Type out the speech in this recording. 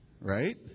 Right